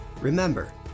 Remember